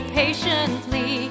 patiently